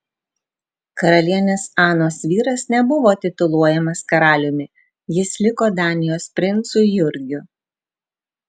karalienės anos vyras nebuvo tituluojamas karaliumi jis liko danijos princu jurgiu